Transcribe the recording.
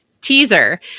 Teaser